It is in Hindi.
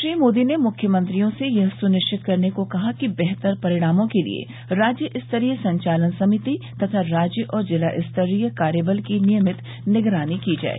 श्री मोदी ने मुख्यमंत्रियों से यह सुनिश्चित करने को कहा कि बेहतर परिणामों के लिए राज्य स्तरीय संचालन समिति तथा राज्य और जिला स्तरीय कार्यबल की नियमित निगरानी की जाए